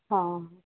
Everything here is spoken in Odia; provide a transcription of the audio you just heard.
ହଁ